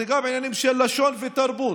וגם עניינים של לשון ותרבות,